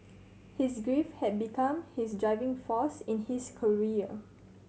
his grief had become his driving force in his career